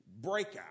Breakout